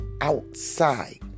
outside